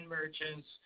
merchants